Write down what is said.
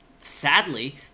sadly